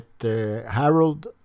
Harold